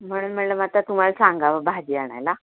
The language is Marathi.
म्हणून म्हणलं मग आता तुम्हाला सांगावं भाजी आणायला